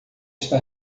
está